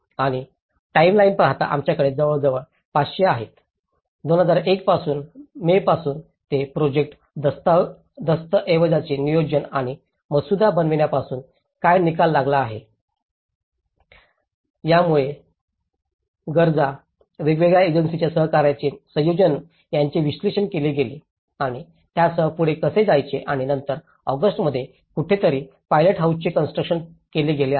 आणि टाइमलाइन पाहता आमच्याकडे जवळजवळ 500 आहेत 2001 पासून मेपासून ते प्रोजेक्ट दस्तऐवजाचे नियोजन आणि मसुदा बनवण्यापासून काय निकाल लागला आहे त्यामुळे गरजा वेगवेगळ्या एजन्सींच्या सहकार्याचे संयोजन यांचे विश्लेषण केले गेले आणि त्यासह पुढे कसे जायचे आणि नंतर ऑगस्टमध्ये कुठेतरी पायलटहाउसचे कॉन्स्ट्रुकशन केले गेले आहे